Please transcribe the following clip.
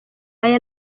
aya